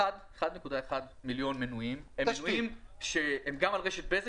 1.1 מיליון מנויים הם מנויים שהם גם על רשת בזק